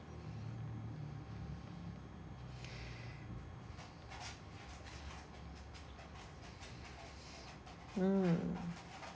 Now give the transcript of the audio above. mm